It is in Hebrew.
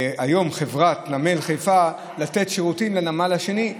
חברת נמל חיפה לא תוכל לתת היום שירותים לנמל השני.